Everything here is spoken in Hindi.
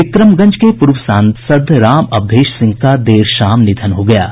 बिक्रमगंज के पूर्व सांसद राम अवधेश सिंह का देर शाम निधन हो गया है